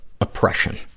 oppression